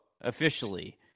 officially